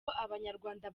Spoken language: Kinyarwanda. abanyarwanda